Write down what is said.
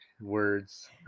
words